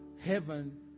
heaven